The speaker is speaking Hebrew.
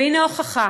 והנה ההוכחה